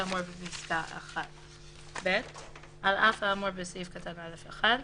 כאמור בפסקה (1); (ב)על אף האמור בסעיף קטן (א)(1),